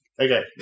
Okay